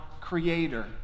creator